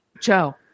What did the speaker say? Joe